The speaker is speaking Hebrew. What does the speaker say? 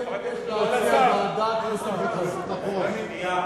רגע, שנייה, חברים.